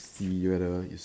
figure the